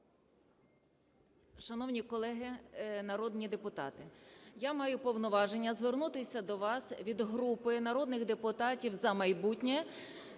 Шановні колеги народні депутати! Я маю повноваження звернутися до вас від групи народних депутатів "За майбутнє",